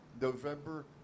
November